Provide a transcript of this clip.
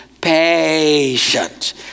patient